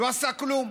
לא עשה כלום,